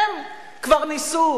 הם כבר ניסו.